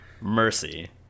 mercy